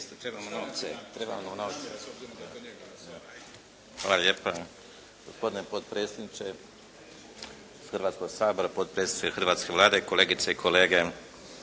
Hvala lijepa. Gospodine potpredsjedniče Hrvatskog sabora, potpredsjedniče hrvatske Vlade, kolegice i kolege